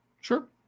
Sure